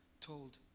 told